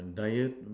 diet